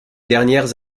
dernières